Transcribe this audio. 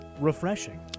refreshing